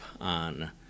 on